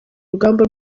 urugamba